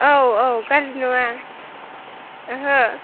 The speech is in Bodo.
औ औ गाज्रि नङा ओहो